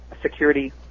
security